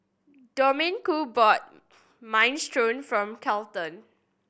Domenico bought Minestrone from Kelton